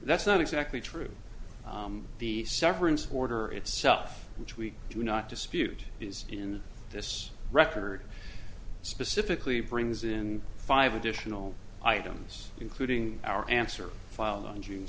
that's not exactly true the severance order itself which we do not dispute is in this record specifically brings in five additional items including our answer file on june